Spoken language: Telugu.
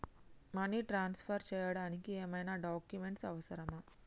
మనీ ట్రాన్స్ఫర్ చేయడానికి ఏమైనా డాక్యుమెంట్స్ అవసరమా?